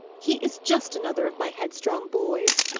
he is just another of my headstrong boys,